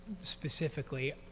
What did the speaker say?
specifically